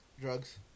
Drugs